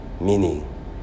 meaning